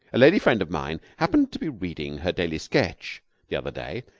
a lady friend of mine happened to be reading her daily sketch the other day,